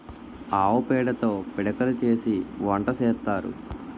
ఆవు పేడతో పిడకలు చేసి వంట సేత్తారు